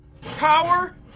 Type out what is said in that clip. power